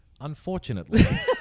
Unfortunately